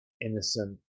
innocent